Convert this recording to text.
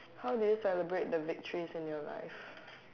how do you celebrate the victories in your life